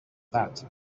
that